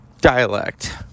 dialect